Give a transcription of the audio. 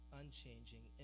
unchanging